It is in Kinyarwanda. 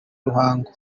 ruhango